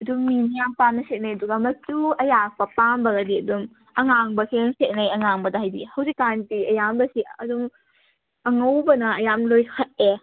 ꯑꯗꯨꯝ ꯃꯤ ꯌꯥꯝ ꯄꯥꯝꯅ ꯁꯦꯠꯅꯩ ꯑꯗꯨꯒ ꯃꯆꯨ ꯑꯌꯥꯛꯄ ꯄꯥꯝꯃꯒꯗꯤ ꯑꯗꯨꯝ ꯑꯉꯥꯡꯕꯁꯦ ꯑꯗꯨꯝ ꯁꯦꯠꯅꯩ ꯑꯉꯥꯡꯕꯗ ꯍꯥꯏꯗꯤ ꯍꯧꯖꯤꯛꯀꯥꯟꯗꯤ ꯑꯌꯥꯝꯕꯁꯦ ꯑꯗꯨꯝ ꯑꯉꯧꯕꯅ ꯑꯌꯥꯝꯕ ꯂꯣꯏ ꯍꯛꯑꯦ